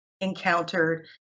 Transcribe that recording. encountered